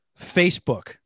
Facebook